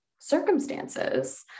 circumstances